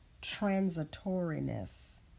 transitoriness